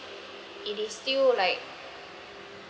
it is still like